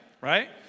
Right